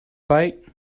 bite